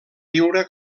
viure